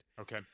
okay